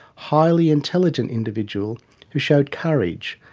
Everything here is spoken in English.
highly intelligent individual who showed courage,